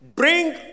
Bring